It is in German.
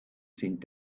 sind